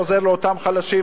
הבן עוזר לאותם חלשים.